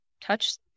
touch